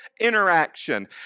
interaction